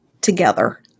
together